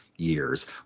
years